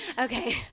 okay